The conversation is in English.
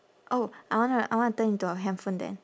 oh I wanna I wanna turn into a handphone then